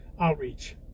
outreach